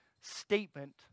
statement